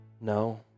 No